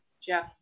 Jeff